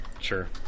Sure